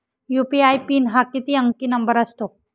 UPI PIN हा किती अंकी नंबर असतो?